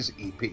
EP